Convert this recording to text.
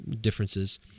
differences